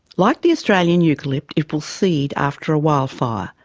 like the australian eucalypt, it will seed after a wildfire,